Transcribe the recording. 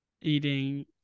eating